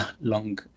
long